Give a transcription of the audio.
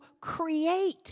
create